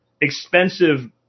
expensive